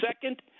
second